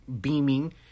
beaming